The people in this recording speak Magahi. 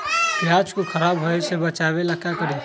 प्याज को खराब होय से बचाव ला का करी?